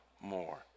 more